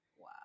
Wow